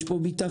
יש פה ביטחון,